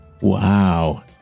Wow